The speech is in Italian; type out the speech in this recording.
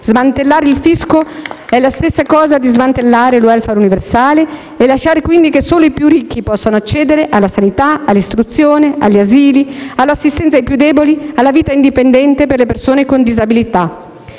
Smantellare il fisco equivale a smantellare il *welfare* universale e a lasciare quindi che solo i più ricchi possano accedere alla sanità, all'istruzione, agli asili, all'assistenza ai più deboli, alla vita indipendente per le persone con disabilità.